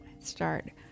Start